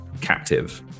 captive